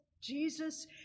Jesus